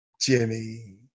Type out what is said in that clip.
Jimmy